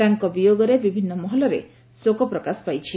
ତାଙ୍କ ବିୟୋଗରେ ବିଭିନ୍ନ ମହଲରେ ଶୋକ ପ୍ରକାଶ ପାଇଛି